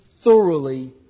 thoroughly